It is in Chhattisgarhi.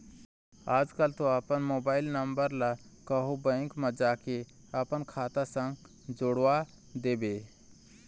आजकल तो अपन मोबाइल नंबर ला कहूँ बेंक म जाके अपन खाता संग जोड़वा देबे